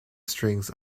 strings